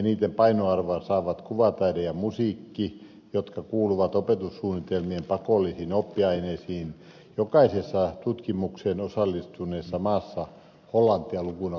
eniten painoarvoa saavat kuvataide ja musiikki jotka kuuluvat opetussuunnitelmien pakollisiin oppiaineisiin jokaisessa tutkimukseen osallistuneessa maassa hollantia lukuun ottamatta